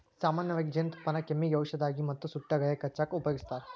ಸಾಮನ್ಯವಾಗಿ ಜೇನುತುಪ್ಪಾನ ಕೆಮ್ಮಿಗೆ ಔಷದಾಗಿ ಮತ್ತ ಸುಟ್ಟ ಗಾಯಕ್ಕ ಹಚ್ಚಾಕ ಉಪಯೋಗಸ್ತಾರ